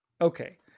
Okay